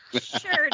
Sure